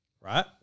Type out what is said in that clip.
right